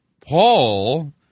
Paul